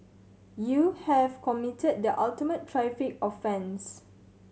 you have committed the ultimate traffic offence